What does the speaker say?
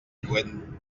lluent